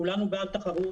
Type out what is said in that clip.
כולנו בעד תחרות,